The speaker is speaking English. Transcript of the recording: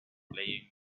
playing